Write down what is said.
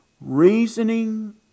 Reasoning